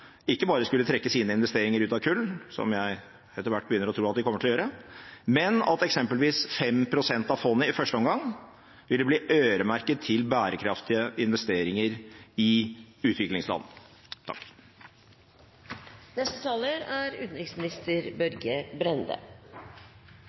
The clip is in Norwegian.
ikke bare skulle trekke sine investeringer ut av kull – som jeg etter hvert begynner å tro at de kommer til å gjøre – men at eksempelvis 5 pst. av fondet, i første omgang, ville bli øremerket til bærekraftige investeringer i utviklingsland.